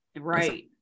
right